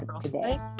today